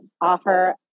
offer